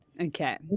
Okay